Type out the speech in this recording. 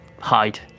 hide